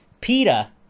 Peta